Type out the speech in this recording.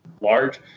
large